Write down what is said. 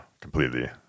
completely